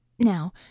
Now